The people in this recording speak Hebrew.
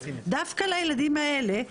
דווקא לילדים האלה,